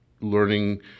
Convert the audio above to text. learning